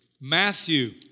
Matthew